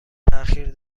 تاخیر